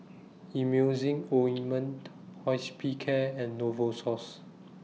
Emulsying Ointment Hospicare and Novosource